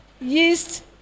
yeast